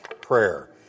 prayer